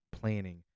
planning